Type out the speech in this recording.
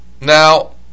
Now